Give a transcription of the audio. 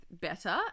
better